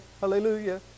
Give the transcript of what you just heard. hallelujah